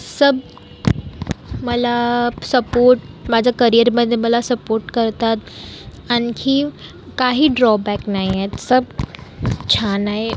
सब मला सपोट माझं करिअरमध्ये मला सपोट कळतात आणखी काही ड्रॉबॅक नाही आहेत सब छान आहे